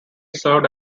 served